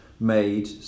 Made